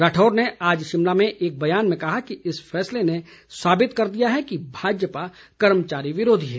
राठौर ने आज शिमला में एक बयान में कहा कि इस फैसले ने साबित कर दिया है कि भाजपा कर्मचारी विरोधी है